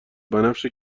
بنفش